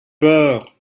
peur